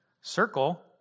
circle